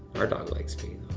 our dog likes me.